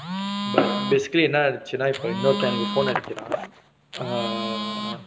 basically என்னா நடந்துச்சுனா இப்ப இன்னொருத்த எனக்கு:ennaa nadanthuchchunaa ippa innorutha enakku phone அடிக்குரா:adikkuraa err